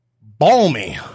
balmy